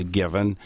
given